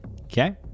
Okay